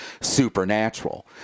supernatural